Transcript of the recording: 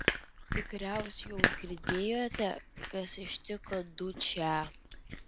tikriausiai jau girdėjote kas ištiko dučę